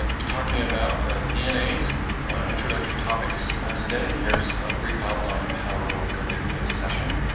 ah be talking about ah dna, some introductory topics today. and here's a brief outline of how we'll go through this session.